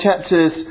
chapters